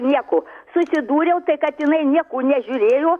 nieko susidūriau tai kad jinai nieko nežiūrėjo